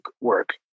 work